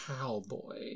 cowboy